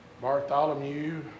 Bartholomew